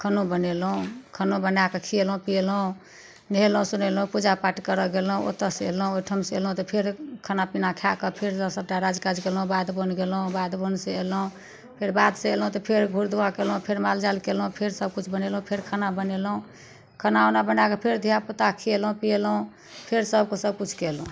खानो बनेलहुँ खानो बनाके खीएलहुँ पीएलहुँ नहेलहुँ सुनेलहुँ पूजा पाठ करअ गेलौं ओतऽसँ एलहुँ ओहिठामसँ एलहुँ तऽ फेर खाना पीना खाय कऽ फेरसँ सबटा राज काज कयलहुँ बाध बन गेलहुँ फेर बाध बनसँ एलहुँ फेर बाध से एलहुँ तऽ फेर घुड़दौगा कयलहुँ फेर माल जाल कयलहुँ फेर सब किछु बनेलहुँ फेर खाना बनेलहुँ खाना ओना बनाके फेर धिआ पूताके खीएलहुँ पीएलहुँ फेर सबके सब किछु कयलहुँ